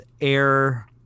air